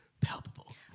palpable